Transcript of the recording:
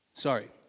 Sorry